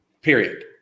period